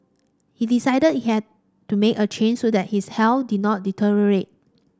he decided he had to make a change so that his health did not deteriorate